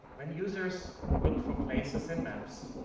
when users look for places in maps,